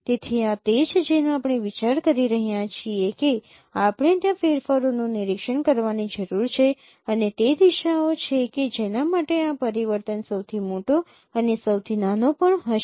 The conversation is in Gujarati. તેથી આ તે છે જેનો આપણે વિચાર કરી રહ્યા છીએ કે આપણે ત્યાં ફેરફારોનું નિરીક્ષણ કરવાની જરૂર છે અને તે દિશાઓ છે કે જેના માટે આ પરિવર્તન સૌથી મોટો અને સૌથી નાનો પણ હશે